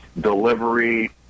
delivery